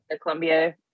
Columbia